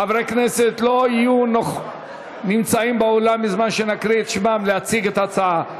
חברי כנסת שלא יהיו באולם בזמן שנקריא את שמם להציג את ההצעה.